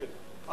כן כן.